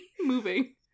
moving